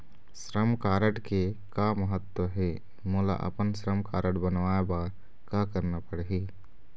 श्रम कारड के का महत्व हे, मोला अपन श्रम कारड बनवाए बार का करना पढ़ही?